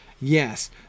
Yes